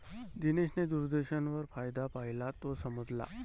दिनेशने दूरदर्शनवर फायदा पाहिला, तो समजला